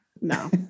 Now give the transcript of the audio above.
no